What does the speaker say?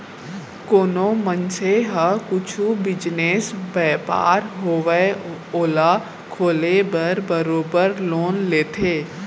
कोनो मनसे ह कुछु बिजनेस, बयपार होवय ओला खोले बर बरोबर लोन लेथे